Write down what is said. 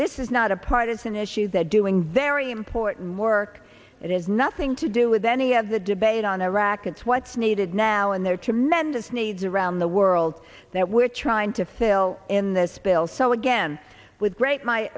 this is not a partisan issue they're doing very important work it has nothing to do with any of the debate on iraq it's what's needed now and there are tremendous needs around the world that we're trying to fail in this bill so again with great my